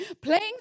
Playing